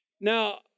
Now